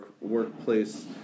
workplace